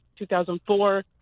2004